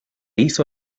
hizo